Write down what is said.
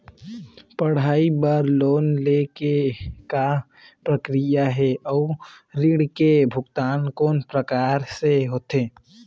पढ़ई बर लोन ले के का प्रक्रिया हे, अउ ऋण के भुगतान कोन प्रकार से होथे?